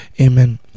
Amen